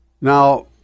Now